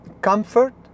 comfort